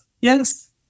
yes